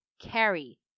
carry